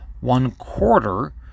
one-quarter